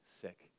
sick